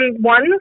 one